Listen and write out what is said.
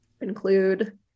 include